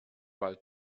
bald